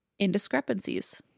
indiscrepancies